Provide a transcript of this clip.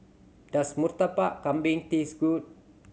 does Murtabak Kambing taste good